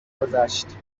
گذشت